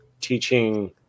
teaching